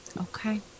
okay